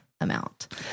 amount